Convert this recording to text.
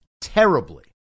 terribly